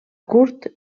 curt